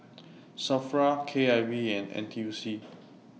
SAFRA K I V and N T U C